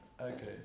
Okay